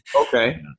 Okay